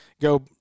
go